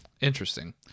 Interesting